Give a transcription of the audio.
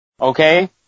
Okay